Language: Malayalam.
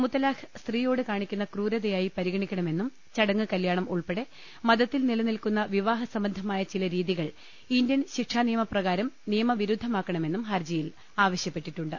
മുത്തലാക് സ്ത്രീയോട് കാണിക്കുന്ന ക്രൂരതയായി പരിഗണിക്ക ണ മെന്നും ചടങ്ങു കല്യാണം ഉൾപ്പെടെ മത ത്തിൽ നിലനിൽക്കുന്ന വിവാഹസംബന്ധമായ ചില രീതികൾ ഇന്ത്യൻ ശിക്ഷാ നിയമപ്രകാരം നിയമവിരുദ്ധമാക്കണമെന്നും ഹർജിയിൽ ആവശ്യപ്പെട്ടി ട്ടുണ്ട്